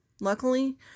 luckily